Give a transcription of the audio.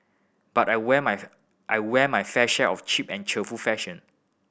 but I wear my I wear my fair share of cheap and cheerful fashion